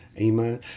Amen